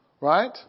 right